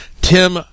Tim